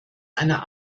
einer